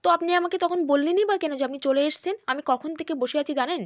তো আপনি তখন আমাকে বললেনই বা কেন যে আপনি চলে এসেছেন আমি কখন থেকে বসে আছি জানেন